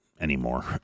anymore